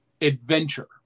adventure